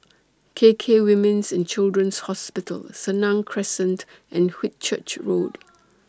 K K Women's and Children's Hospital Senang Crescent and Whitchurch Road